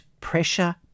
pressure